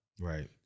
Right